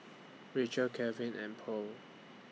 Rachel Kalvin and Purl